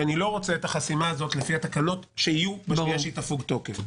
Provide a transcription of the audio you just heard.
כי אני לא רוצה את החסימה הזאת לפי התקנות שיהיו בשנייה שהיא תפוג תוקף.